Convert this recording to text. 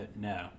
no